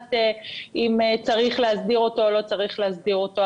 מתווכחת אם צריך להסדיר אותו או לא צריך להסדיר אותו,